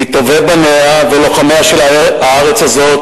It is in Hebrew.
מטובי בניה ולוחמיה של הארץ הזאת,